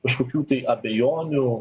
kažkokių tai abejonių